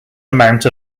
amount